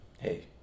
Hey